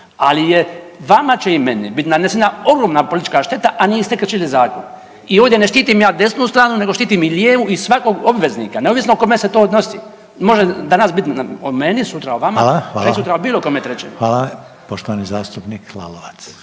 Ali je vam i meni će biti nanesena ogromna politička šteta, a niste kršili zakon. I ovdje ne štitim ja desnu stranu nego štitim i lijevu i svakog obveznika neovisno o kome se to odnosi. Može danas biti o meni, sutra o vama …/Upadica: Hvala, hvala./… preksutra